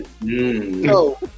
No